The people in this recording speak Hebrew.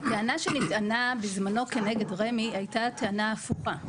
הטענה שנטענה בזמנו כנגד רמי הייתה טענה הפוכה.